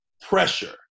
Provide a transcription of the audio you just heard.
pressure